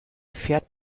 fährt